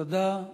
תודה.